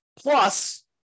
Plus